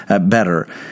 better